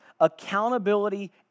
accountability